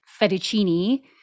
fettuccine